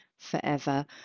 forever